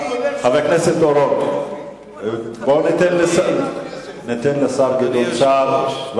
חבר הכנסת אורון, בואו ניתן לשר גדעון סער.